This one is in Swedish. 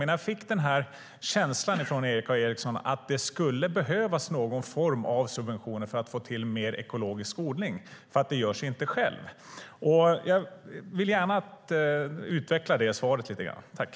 Men Erik A Eriksson gav mig känslan att det skulle behövas någon form av subventioner för att få till mer ekologisk odling, eftersom det inte gör sig av sig självt. Utveckla gärna ett svar på det!